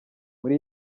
muri